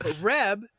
reb